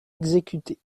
exécuté